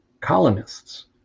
colonists